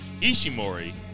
Ishimori